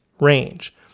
range